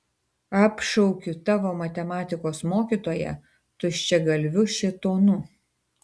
apšaukiu tavo matematikos mokytoją tuščiagalviu šėtonu